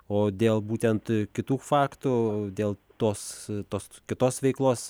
o dėl būtent kitų faktų dėl tos tos kitos veiklos